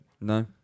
No